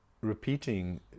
repeating